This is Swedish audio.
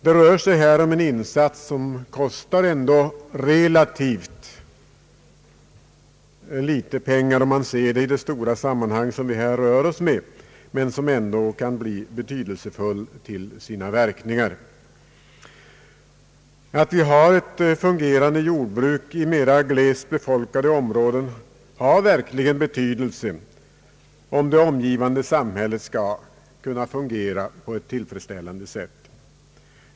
Det rör sig här om en insats som ändå kostar relativt litet pengar om man ser den i de stora sammanhang vi rör oss i, men som kan bli betydelsefull till sina verkningar. Att det finns ett fungerande jordbruk i mera glest befolkade områden har verkligen betydelse för att det omgivande samhället skall kunna betjänas på ett tillfredsställande sätt.